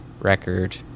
record